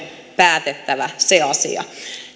päätettävä